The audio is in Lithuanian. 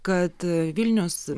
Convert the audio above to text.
kad vilnius